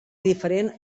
diferent